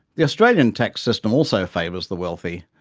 the australian tax system also favours the wealthy,